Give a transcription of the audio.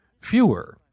fewer